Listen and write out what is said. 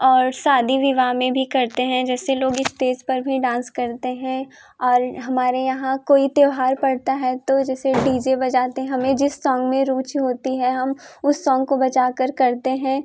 और शादी विवाह में भी करते हैं जैसे लोग इस्टेज पर भी डांस करते हैं और हमारे यहाँ कोई त्यौहार पड़ता है तो जैसे डी जे बजाते हैं हमें जिस सोंग में रुचि होती है हम उस सोंग को बचाकर करते हैं